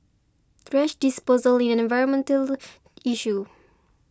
thrash disposal is an environmental issue